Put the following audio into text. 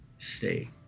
stay